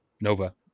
Nova